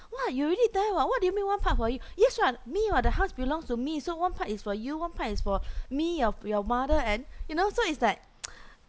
what you already die [what] what do you mean one part for you yes [what] me [what] the house belongs to me so one part is for you one part is for me your your mother and you know so it's like